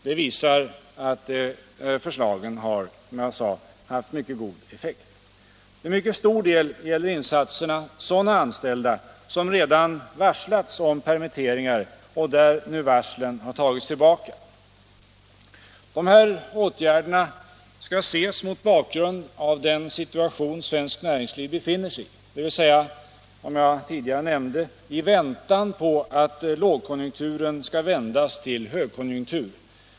Detta visar att förslagen har, som jag nyss sade, haft verkligt god effekt. Till mycket stor del gäller insatserna sådana anställda som redan varslats om permitteringar och där nu varslen har tagits tillbaka. De här åtgärderna skall ses mot bakgrund av den situation svenskt politiken politiken näringsliv befinner sig i, dvs., som jag tidigare nämnde, i väntan på att lågkonjunkturen skall vändas till högkonjunktur.